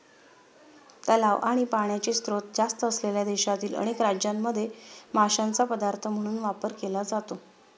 तलाव आणि पाण्याचे स्त्रोत जास्त असलेल्या देशातील अनेक राज्यांमध्ये माशांचा पदार्थ म्हणून वापर केला जातो